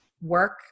work